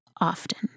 often